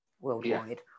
worldwide